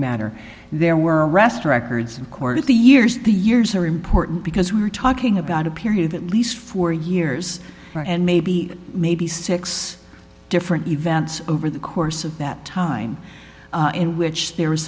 matter there were arrest records and court of the years the years are important because we are talking about a period of at least four years and maybe maybe six different events over the course of that time in which there